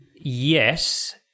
Yes